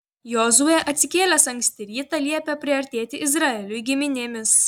jozuė atsikėlęs anksti rytą liepė priartėti izraeliui giminėmis